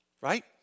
right